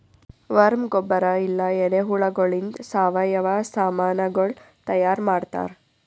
worm ಗೊಬ್ಬರ ಇಲ್ಲಾ ಎರೆಹುಳಗೊಳಿಂದ್ ಸಾವಯವ ಸಾಮನಗೊಳ್ ತೈಯಾರ್ ಮಾಡ್ತಾರ್